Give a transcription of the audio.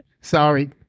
sorry